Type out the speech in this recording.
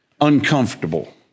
uncomfortable